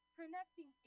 connecting